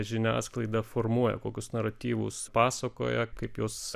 žiniasklaida formuoja kokius naratyvus pasakoja kaip juos